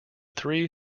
three